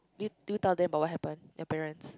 do you do you tell them about what happen your parents